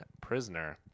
prisoner